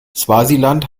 swasiland